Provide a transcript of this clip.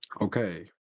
Okay